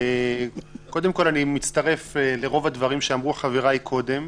קודם כול אני מצטרף לרוב הדברים שאמרנו חבריי קודם.